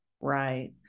Right